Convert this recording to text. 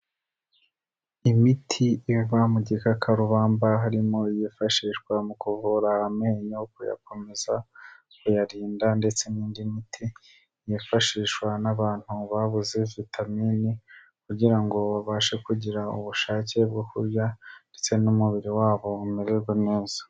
Imiti iva mu gikakarubamba harimo yifashishwa mu kuvura amenyo, kuyakomeza, kuyarinda ndetse n'indi miti yifashishwa n'abantu babuze vitamini, kugira ngo babashe kugira ubushake bwo kurya, ndetse n'umubiri wabo umererwa neza.